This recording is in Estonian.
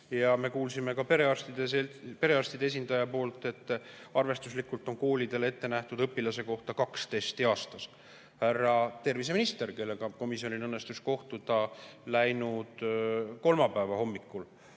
Me kuulsime ka perearstide esindajalt, et arvestuslikult on koolidele ette nähtud õpilase kohta kaks testi aastas. Härra terviseminister, kellega komisjonil õnnestus kohtuda läinud kolmapäeva hommikul,